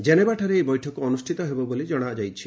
ଜେନେଭାଠାରେ ଏହି ବୈଠକ ଅନ୍ତଷ୍ଠିତ ହେବ ବୋଲି ଜଣାଯାଇଛି